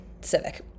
Civic